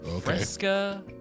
Fresca